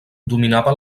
dominava